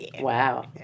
Wow